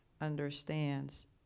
understands